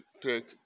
take